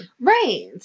Right